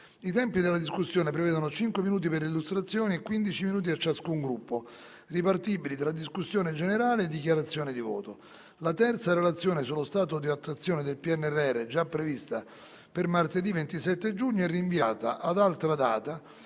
I tempi della discussione prevedono cinque minuti per l'illustrazione e quindici minuti a ciascun Gruppo, ripartibili tra discussione e dichiarazione di voto. La terza relazione sullo stato di attuazione del PNRR, già prevista per martedì 27 giugno, è rinviata ad altra data,